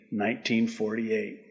1948